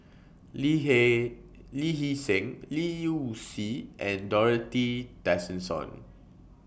Lee He Lee Hee Seng Liu Si and Dorothy Tessensohn